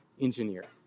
engineer